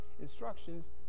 instructions